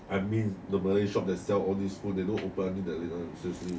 I mean the malay shop that sell all this food they don't open that late one seriously